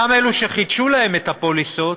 גם אלו שחידשו להם את הפוליסות,